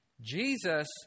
Jesus